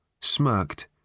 smirked